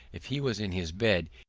if he was in his bed,